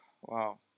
wow